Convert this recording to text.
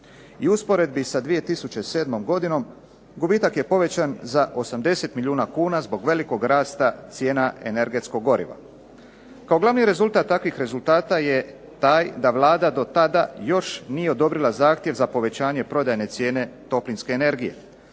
u usporedbi sa 2007. godinom gubitak je povećan za 80 milijuna kuna zbog velikog rasta cijena energetskog goriva. Kao glavni rezultat takvih rezultata je taj da Vlada do tada još nije odobrila zahtjev za povećanje prodajne cijene toplinske energije